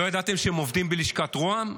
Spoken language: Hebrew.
לא ידעתם שהם עובדים בלשכת רה"מ?